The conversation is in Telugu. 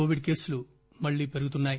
కోవిడ్ కేసులు మల్లీ పెరుగుతున్నాయి